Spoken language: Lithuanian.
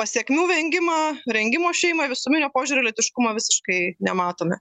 pasekmių vengimą rengimo šeimai visuminio požiūrio į lytiškumą visiškai nematome